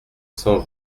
cent